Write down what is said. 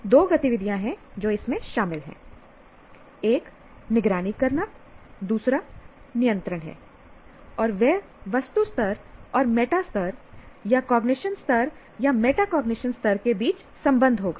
तो दो गतिविधियाँ हैं जो शामिल हैं एक निगरानी करना दूसरा नियंत्रण है और वह वस्तु स्तर और मेटा स्तर या कॉग्निशन स्तर या मेटाकॉग्निशन स्तर के बीच संबंध होगा